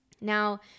Now